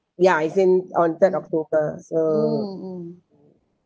ya it's in on third october so